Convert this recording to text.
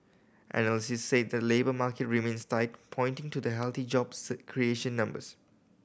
analysts say the labour market remains tight pointing to the healthy jobs creation numbers